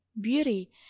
beauty